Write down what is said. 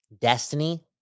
destiny